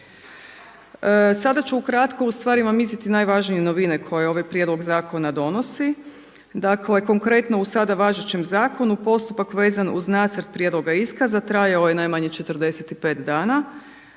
Sada ću ukratko ustvari vam iznijeti najvažnije novine koje ovaj prijedlog zakona donosi. Dakle, konkretno u sada važećem zakonu postupak vezan uz nacrt prijedloga iskaza trajao je najmanje 45 dana,